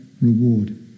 reward